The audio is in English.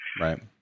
Right